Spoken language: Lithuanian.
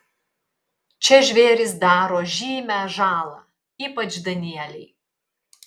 čia žvėrys daro žymią žalą ypač danieliai